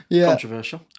Controversial